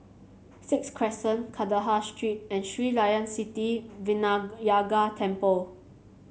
Sixth Crescent Kandahar Street and Sri Layan Sithi Vinayagar Temple